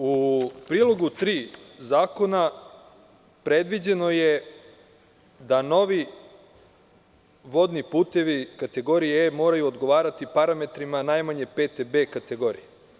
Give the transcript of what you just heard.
U prilogu tri zakona predviđeno je da novi vodni putevi kategorije E moraju odgovarati parametrima najmanje pete B kategorije.